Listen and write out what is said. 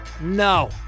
No